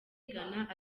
ghana